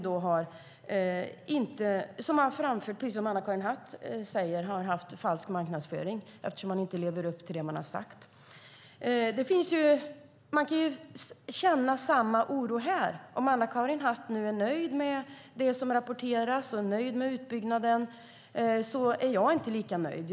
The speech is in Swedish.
De har, precis som Anna-Karin Hatt säger, använt sig av falsk marknadsföring eftersom de inte levt upp till det som de lovat. Man kan känna samma oro här. Om Anna-Karin Hatt nu är nöjd med det som rapporteras, om hon är nöjd med utbyggnaden, så är jag inte lika nöjd.